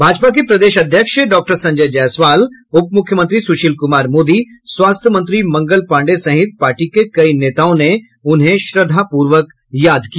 भाजपा के प्रदेश अध्यक्ष डॉक्टर संजय जायसवाल उपमुख्यमंत्री सुशील कुमार मोदी स्वास्थ्य मंत्री मंगल पांडेय सहित पार्टी के कई नेताओं ने उन्हें श्रद्धा पूर्वक याद किया